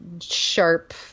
sharp